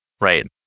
Right